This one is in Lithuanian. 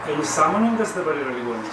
tai jis sąmoningas dabar yra ligonis